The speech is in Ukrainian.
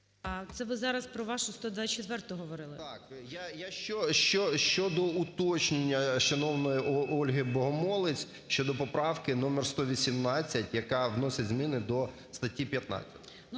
Це ви зараз про вашу 124-у говорили? КИРИЧЕНКО О.М. Так. Я щодо уточнення шановної Ольги Богомолець щодо поправки № 118, яка вносить зміни до статті 15.